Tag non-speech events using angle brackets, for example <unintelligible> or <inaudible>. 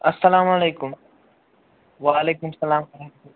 اَسَلامُ علیکُم وعلیکُم سَلام <unintelligible>